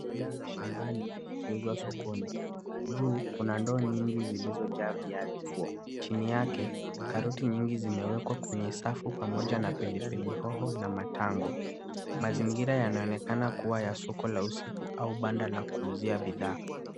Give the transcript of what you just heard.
Bidhaa za shambani zikiuzwa sokoni, juu kuna ndoo nyingi zilizojaa viazi, chini yake karoti nyingi zimewekwa kwenye safu pamoja na pilipili hoho na matango, mazingira yanaonekana kuwa ya soko la usiku au banda la kuuzia bidhaa.